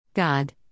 God